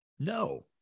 No